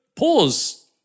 pause